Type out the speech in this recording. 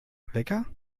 wecker